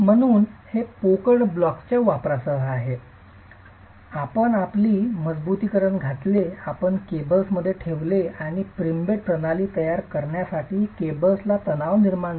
म्हणून हे पुन्हा पोकळ ब्लॉक्सच्या वापरासह आहे आपण आपली मजबुतीकरण घातले आपण केबल्समध्ये ठेवले आणि प्रीब्रेस्ड प्रणाली तयार करण्यासाठी केबल्सला तणाव निर्माण झाला